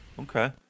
okay